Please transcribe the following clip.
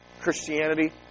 Christianity